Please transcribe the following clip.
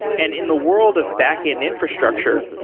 and in the world of backend infrastructure,